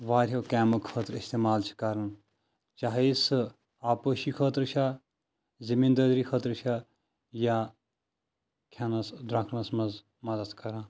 واریاہو کامٮ۪و خٲطرٕ استعمال چھِ کران چاہے سُہ آب پٲشی خٲطرٕ چھا زمین دٲری خٲطرٕ چھا یا کھٮ۪نس درۄکنس منٛز مدد کران